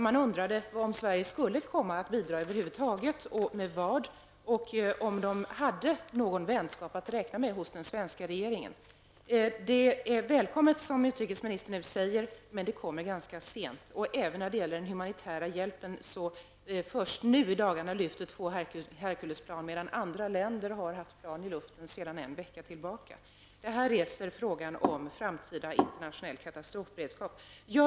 Man undrade om Sverige skulle bidra över huvud taget och om man hade någon vänskap att räkna med hos den svenska regeringen. Som utrikesministern säger är hjälpen välkommen, men den kommer sent. Det är först nu i dagarna som två Herkulesplan lyfter med humanitär hjälp. Andra länder har haft plan i luften sedan en vecka tillbaka. Det reser frågan om framtida internationell katastrofberedskap.